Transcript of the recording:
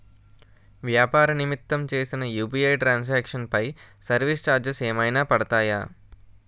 వ్యాపార నిమిత్తం చేసిన యు.పి.ఐ ట్రాన్ సాంక్షన్ పై సర్వీస్ చార్జెస్ ఏమైనా పడతాయా?